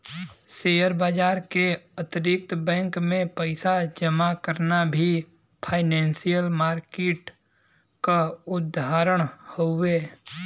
share बाजार के अतिरिक्त बैंक में पइसा जमा करना भी फाइनेंसियल मार्किट क उदाहरण हउवे